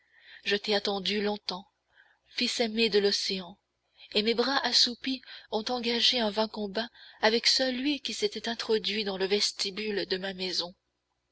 je t'ai attendu longtemps fils aimé de l'océan et mes bras assoupis ont engagé un vain combat avec celui qui s'était introduit dans le vestibule de ma maison